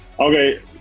Okay